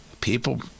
people